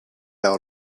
out